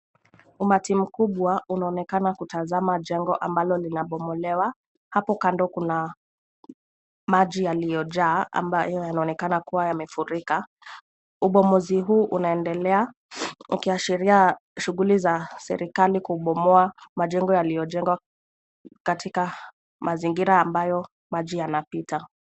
Umati mkubwa unaonekana kutazama jengo ambalo linabomolewa. Hapo kando kuna maji yaliyojaa ambayo yanaonekana kuwa yamefurika. Ubomozi huu unaendelea ukiashiria shughuli za serikali kubomoa majengo yaliyojengwa katika mazingira ambayo maji yanapita.